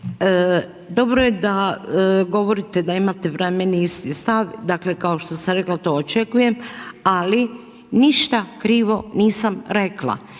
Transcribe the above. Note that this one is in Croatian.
Dobro je da govorite da ima prema meni isti stav, dakle kao što sam rekla, to očekujem ali ništa krivo nisam rekla.